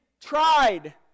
tried